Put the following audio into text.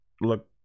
look